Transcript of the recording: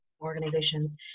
organizations